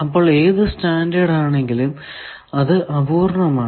അപ്പോൾ ഏതു സ്റ്റാൻഡേർഡ് ആണെങ്കിലും അത് അപൂർണ്ണമാണ്